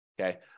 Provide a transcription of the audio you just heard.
okay